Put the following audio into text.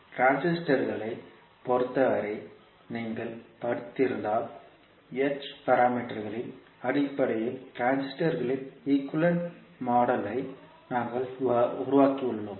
டிரான்சிஸ்டர்களைப் பொறுத்தவரை நீங்கள் படித்திருந்தால் h பாராமீட்டர்களின் அடிப்படையில் டிரான்சிஸ்டரின் ஈக்குவேலன்ட் மாடல் ஐ நாங்கள் உருவாக்கியுள்ளோம்